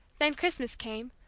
then christmas came,